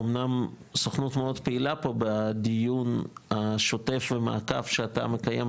אמנם הסוכנות מאוד פעילה פה בדיון השוטף והמעקב שאתה מקיים,